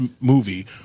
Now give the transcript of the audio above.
movie